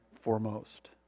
foremost